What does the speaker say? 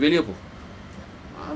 say eh நீ வெள்ளில போ: nee wellila poa